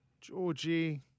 Georgie